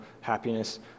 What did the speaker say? happiness